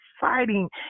fighting